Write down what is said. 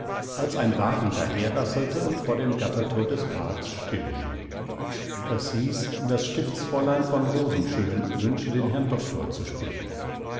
als ein wagen daherrasselte und vor dem gattertor des parks still hielt es hieß das stiftsfräulein von rosenschön wünsche den herrn doktor zu sprechen